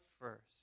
first